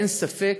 אין ספק